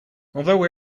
although